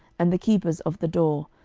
and the keepers of the door,